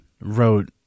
wrote